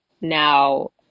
now